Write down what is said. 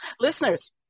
listeners